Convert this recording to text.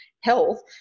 health